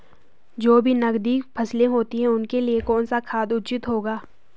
जो भी नकदी फसलें होती हैं उनके लिए कौन सा खाद उचित होगा?